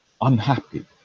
unhappy